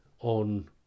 on